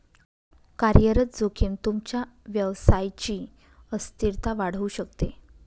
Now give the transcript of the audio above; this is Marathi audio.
कार्यरत जोखीम तुमच्या व्यवसायची अस्थिरता वाढवू शकते